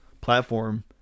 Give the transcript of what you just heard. platform